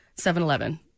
7-Eleven